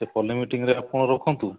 ସେ ପଲ୍ଲୀ ମିଟିଂରେ ଆପଣ ରଖନ୍ତୁ